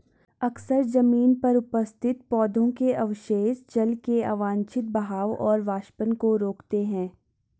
अक्सर जमीन पर उपस्थित पौधों के अवशेष जल के अवांछित बहाव और वाष्पन को रोकते हैं